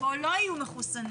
או לא היו מחוסנים.